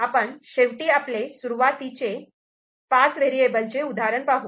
आपण शेवटी आपले सुरुवातीचे 5 वेरिएबल चे उदाहरण पाहू